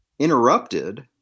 interrupted